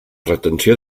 retenció